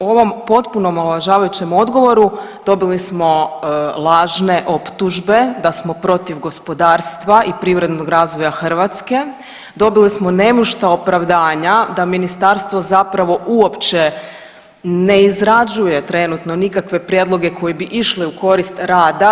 U ovom potpuno omalovažavajućeg odgovoru, dobili smo lažne optužbe da smo protiv gospodarstva i privrednog razvoja Hrvatske, dobili smo nemušta opravdanja da Ministarstvo zapravo uopće ne izrađuje trenutno nikakve prijedloge koji bi išli u korist rada.